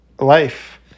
life